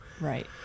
Right